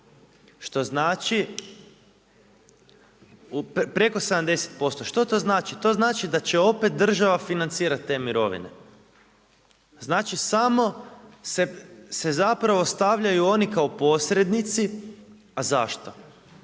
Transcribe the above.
što znači preko 70%. Što to znači? To znači da će opet država financirati te mirovine. Znači samo se zapravo stavljaju oni kao posrednici a zašto?